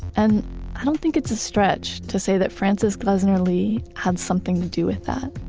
and i don't think it's a stretch to say that frances glessner lee had something to do with that